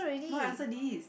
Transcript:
no I answer this